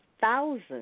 thousand